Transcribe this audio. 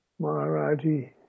Maharaji